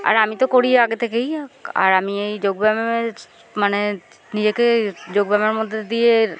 আর আমি তো করি আগে থেকেই আর আমি এই যোগব্যায়ামের মানে নিজেকে যোগব্যায়ামের মধ্যে দিয়ে